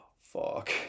fuck